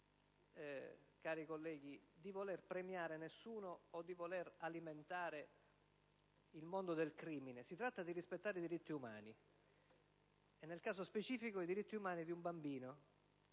cari colleghi, di voler premiare nessuno o di voler alimentare il mondo del crimine, ma di rispettare i diritti umani: nel caso specifico, i diritti umani di un bambino